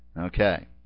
Okay